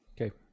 Okay